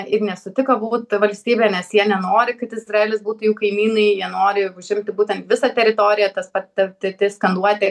ir nesutiko būt valstybe nes jie nenori kad izraelis būtų jų kaimynai jie nori užimti būtent visą teritoriją tas pat ti ti ti skanduotė